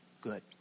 Good